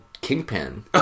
Kingpin